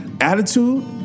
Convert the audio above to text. attitude